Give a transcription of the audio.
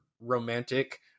romantic